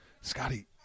Scotty